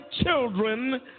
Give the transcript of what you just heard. children